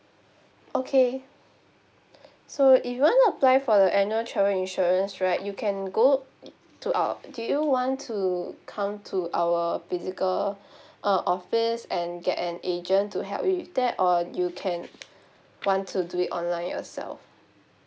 okay so if you wanna apply for the annual travel insurance right you can go to our do you want to come to our physical uh office and get an agent to help you with that or you can want to do it online yourself